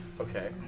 Okay